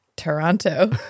Toronto